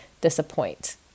disappoint